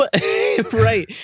Right